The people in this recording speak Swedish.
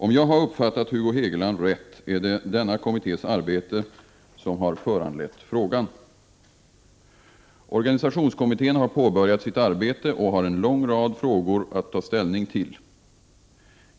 Om jag har uppfattat Hugo Hegeland rätt, är det denna kommittés arbete som har föranlett frågan. Organisationskommittén har påbörjat sitt arbete och har en lång rad frågor att ta ställning till.